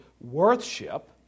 worship